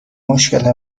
مشکل